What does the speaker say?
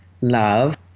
love